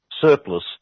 surplus